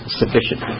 sufficient